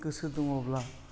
गोसो दङब्ला